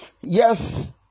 Yes